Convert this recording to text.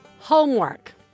Homework